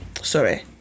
Sorry